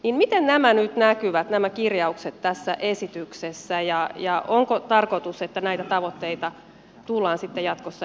miten nämä kirjaukset nyt näkyvät tässä esityksessä ja onko tarkoitus että näitä tavoitteita tullaan jatkossa edistämään